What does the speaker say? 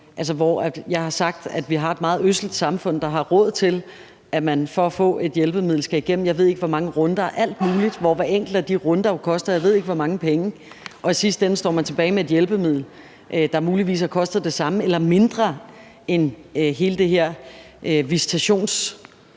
Jeg har sagt, at vi har et meget ødselt samfund, der har råd til, at man for at få et hjælpemiddel skal igennem, jeg ved ikke, hvor mange runder af alt muligt, hvor hver enkel af de runder jo koster, jeg ved ikke, hvor mange penge, og i sidste ende står man tilbage med et hjælpemiddel, der muligvis har kostet det samme eller mindre end hele det her visitationsnet,